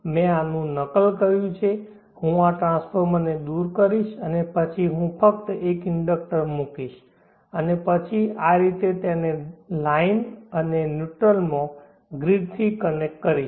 મેં આનું નકલ કર્યું છે હું આ ટ્રાન્સફોર્મરને દૂર કરીશ અને પછી હું ફક્ત એક ઇન્ડક્ટર મૂકીશ અને પછી આ રીતે તેને લાઇન અને ન્યુટ્રલ માં ગ્રીડથી કનેક્ટ કરીશ